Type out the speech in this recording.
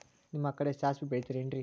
ನಿಮ್ಮ ಕಡೆ ಸಾಸ್ವಿ ಬೆಳಿತಿರೆನ್ರಿ?